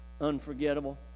unforgettable